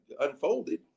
unfolded